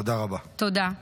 תודה.